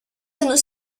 anneaux